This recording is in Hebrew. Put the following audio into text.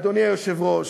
אדוני היושב-ראש,